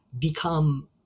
become